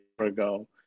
ago